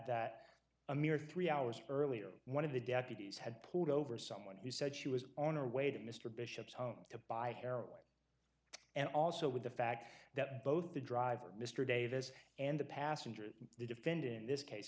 that a mere three hours earlier one of the deputies had pulled over someone who said she was on her way to mr bishop's home to buy heroin and also with the fact that both the driver mr davis and the passenger the defendant in this case